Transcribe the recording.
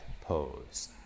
pose